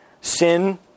sin